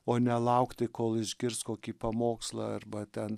o ne laukti kol išgirs kokį pamokslą arba ten